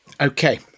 Okay